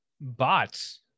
Bots